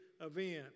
event